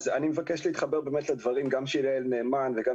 אני מבקש להתחבר לדברים גם של יעל נאמן וגם